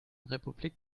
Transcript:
republik